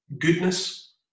goodness